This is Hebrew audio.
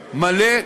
מלא,